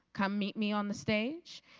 come meet me on the stage.